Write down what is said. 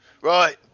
right